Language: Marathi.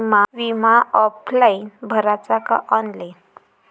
बिमा ऑफलाईन भराचा का ऑनलाईन?